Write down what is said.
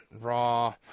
Raw